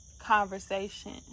conversation